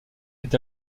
est